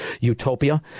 Utopia